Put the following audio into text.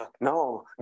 No